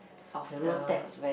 of the